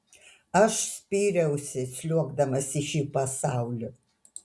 aš spyriausi sliuogdamas į šį pasaulį